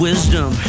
Wisdom